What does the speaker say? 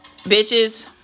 bitches